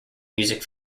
music